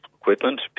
equipment